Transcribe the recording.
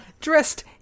dressed